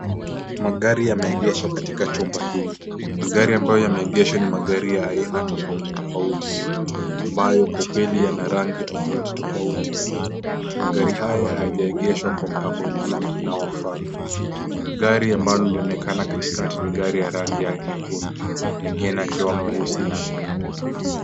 Magari yameegeshwa katika chumba hii. Magari ambayo yameegeshwa ni magari ya aina tofauti tofauti ambayo kwa ukweli yana rangi tofauti tofauti. Magari haya hayajaegeshwa kwa mpango ingine inaofaa. Gari ambalo linaonekana katikati ni gari ya rangi ya nyekundu mengine yakiwa meusi na meupe.